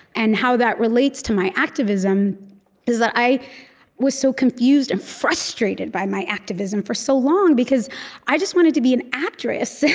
and how that relates to my activism is that i was so confused and frustrated by my activism for so long, because i just wanted to be an actress.